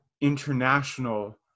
international